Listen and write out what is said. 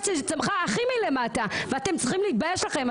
שצמחה הכי מלמטה ואתם צריכים להתבייש לכם.